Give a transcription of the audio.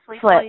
flip